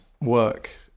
work